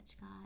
God